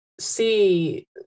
see